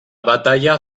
batalla